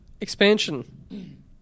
expansion